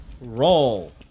roll